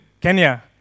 Kenya